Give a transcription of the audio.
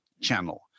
channel